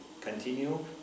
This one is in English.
continue